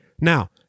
Now